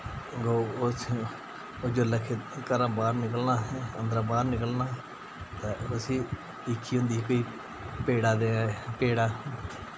गौ ओह् जेल्लै घरा बाह्र निकलना असें अन्दरा बाह्र निकलना तां उसी हीखी होंदी ही कि उसी कोई पेड़ा देयै